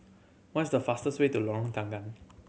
what's the fastest way to Lorong Tanggam